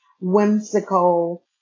whimsical